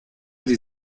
die